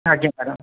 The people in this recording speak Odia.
ଆଜ୍ଞା ମ୍ୟାଡ଼ମ୍